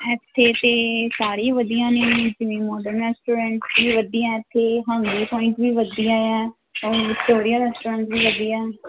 ਇੱਥੇ ਤਾਂ ਸਾਰੀ ਵਧੀਆ ਨੇ ਜਿਵੇਂ ਮੋਡਰਨ ਸਟੂਡੈਂਟ ਵੀ ਵਧੀਆ ਇਥੇ ਹੰਗਰੀ ਪੁਆਇੰਟ ਵੀ ਵਧੀਆ ਰੈਸਟੋਰੈਂਟ ਵੀ ਵਧੀਆ